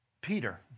Peter